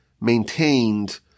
maintained